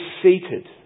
seated